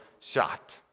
shot